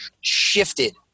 shifted